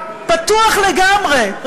פתוח לגמרי,